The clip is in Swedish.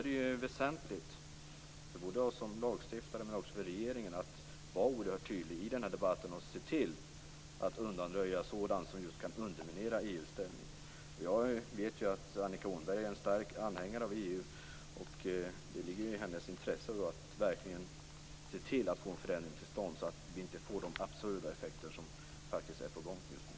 Det är väsentligt både för oss som lagstiftare och också för regeringen att vara oerhört tydlig i debatten och se till att undanröja sådant som kan underminera EU:s ställning. Jag vet ju att Annika Åhnberg är en stark anhängare av EU. Det ligger alltså i hennes intresse att verkligen se till att få en förändring till stånd, så att vi inte får de absurda effekter som faktiskt är på gång just nu.